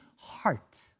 heart